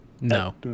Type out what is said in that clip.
No